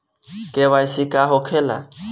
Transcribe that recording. KYC का होखेला?